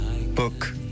book